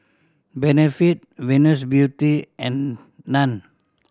Benefit Venus Beauty and Nan